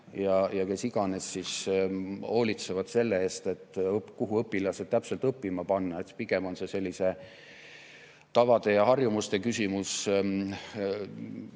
ja kes iganes hoolitsevad selle eest, kuhu õpilased täpselt õppima panna, vaid pigem on see tavade ja harjumuste küsimus: